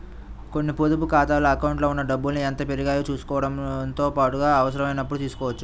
కొన్ని పొదుపు ఖాతాల అకౌంట్లలో ఉన్న డబ్బుల్ని ఎంత పెరిగాయో చూసుకోవడంతో పాటుగా అవసరమైనప్పుడు తీసుకోవచ్చు